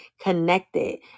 connected